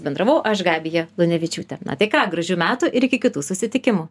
bendravau aš gabija lunevičiūtė na tai ką gražių metų ir iki kitų susitikimų